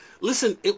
Listen